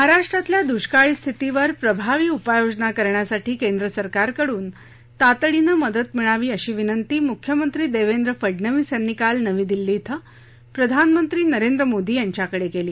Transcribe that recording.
महाराष्ट्रातल्या दुष्काळी स्थितीवर प्रभावी उपाययोजना करण्यासाठी केंद्र सरकारकडून तातडीनं मदत मिळावी अशी विनंती मुख्यमंत्री देवेंद्र फडनवीस यांनी काल नवी दिल्ली इथं प्रधानमंत्री नरेंद्र मोदी यांच्याकडे केली